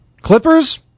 Clippers